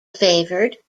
favoured